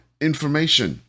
information